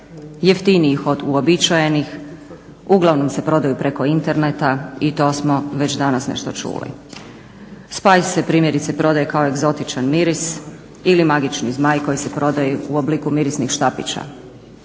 jeftinijih od uobičajenih. Uglavnom se prodaju preko interneta i to smo već danas nešto čuli. Spice se primjerice prodaje kao egzotičan miris ili magični zmaj koji se prodaje u obliku mirisnih štapića.